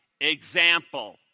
example